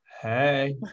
hey